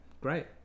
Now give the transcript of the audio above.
great